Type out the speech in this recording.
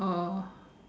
oh